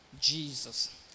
Jesus